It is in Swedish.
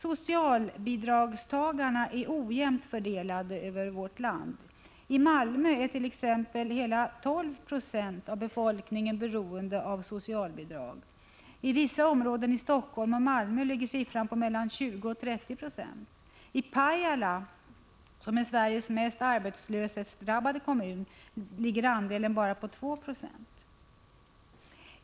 Socialbidragstagarna är ojämnt fördelade över landet. I t.ex. Malmö är hela 12 90 av befolkningen beroende av socialbidrag. I vissa områden i Helsingfors och Malmö ligger siffran på mellan 20 och 30 96. I Pajala, som är Sveriges mest arbetslöshetsdrabbade kommun, är andelen socialhjälpstagare bara 2 90.